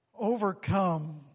overcome